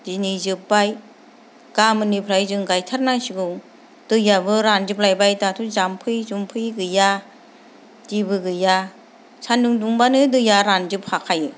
दिनै जोब्बाय गाबोननिफ्राय जों गायथारनांसिगौ दैयाबो रानजोबलायबाय दाख्लै जाम्फै जुम्फै गैया जेबो गैया सानदुं दुंबानो दैया रानजोबफाखायो